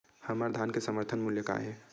हमर धान के समर्थन मूल्य का हे?